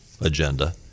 agenda